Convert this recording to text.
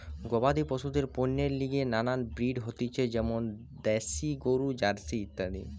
গবাদি পশুদের পণ্যের লিগে নানান ব্রিড হতিছে যেমন দ্যাশি গরু, জার্সি ইত্যাদি